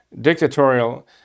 dictatorial